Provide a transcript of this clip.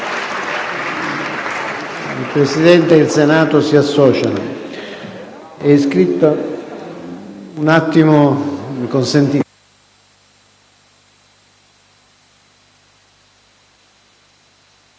Il Presidente del Senato si associa.